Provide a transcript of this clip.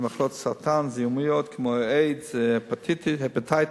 למחלות סרטן, למחלות זיהומיות כמו איידס, הפטיטיס,